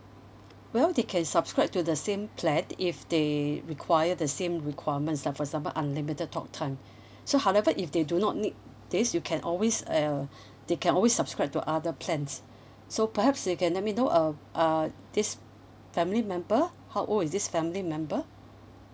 well they can subscribe to the same plan if they require the same requirements like for example unlimited talk time so however if they do not need this you can always uh they can always subscribe to other plans so perhaps you can let me know uh uh this family member how old is this family member